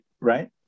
right